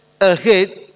ahead